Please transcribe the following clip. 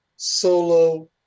solo